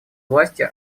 власти